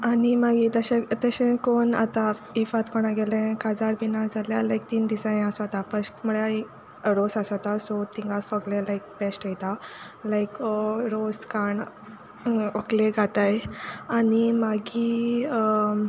आनी मागीर तशें तशें कोन्न आतां इफ आंत कोणागेलें काजार बीन आहा जाल्यार लायक तीन दिसा हें आसोता फर्स्ट म्हळ्यार एक रोस आसोता सो तिंगा सोगळें लायक बेस्ट ओयता लायक रोस काण्ण ओक्ले घाताय आनी मागीर